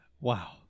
Wow